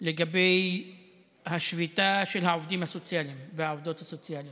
לגבי השביתה של העובדים הסוציאליים והעובדות הסוציאליות.